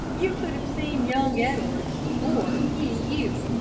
you could have seen young edwards, or he you.